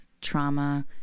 trauma